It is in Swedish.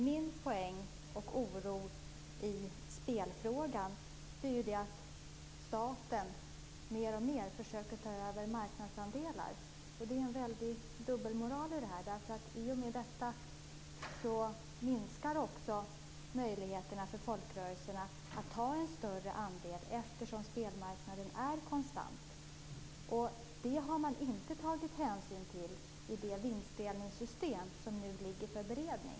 Min poäng och oro i spelfrågan är att staten mer och mer försöker ta över marknadsandelar. Det är en väldig dubbelmoral. Eftersom spelmarknaden är konstant minskar möjligheterna för folkrörelserna att ta en större andel. Det har man inte tagit hänsyn till i det förslag till vinstdelningssystem som skall beredas.